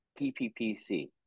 PPPC